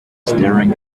staring